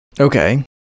okay